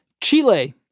Chile